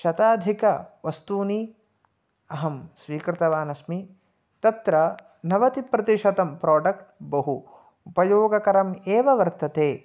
शताधिकवस्तूनि अहं स्वीकृतवान् अस्मि तत्र नवतिप्रतिशतं प्रोडक्ट् बहु उपयोगकरम् एव वर्तते